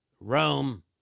Rome